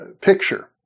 picture